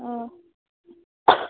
অঁ